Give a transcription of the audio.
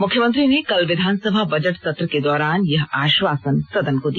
मुख्यमंत्री ने कल विधानसभा बजेट सत्र के दौरान यह आश्वासन सदन को दिया